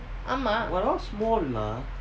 we're all small lah